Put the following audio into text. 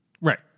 Right